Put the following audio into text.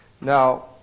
now